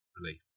relief